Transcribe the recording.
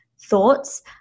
thoughts